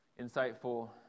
Insightful